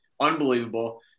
Unbelievable